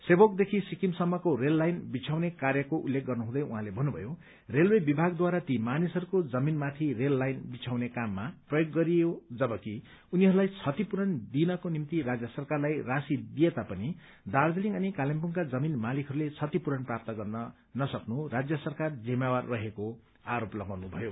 सेभोकदेखि सिक्किमसम्मको rail line बिछाउने कार्यको उल्लेख गर्नुहुँदै उहाँले भन्नुभयो रेलवे विभागद्वारा ती मानिसहरूको जमीनलाई रेल लाइन बिछाउने काममा प्रयोग गरियो जबकि उनीहरूलाई क्षतिपूरण दिइनका निमित राज्य सरकारलाई राशी दिए तापनि दार्जीलिङ अनि कालेब्रुडका जमीन मालिकहरूले क्षतिपूरण प्राप्त गर्न नसक्नू राज्य सरकार जिम्मेवार रहेको आरोप लगाउनू भयो